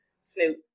Snoop